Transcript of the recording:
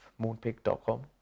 moonpig.com